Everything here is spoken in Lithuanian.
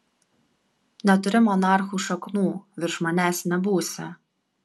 neturi monarchų šaknų virš manęs nebūsi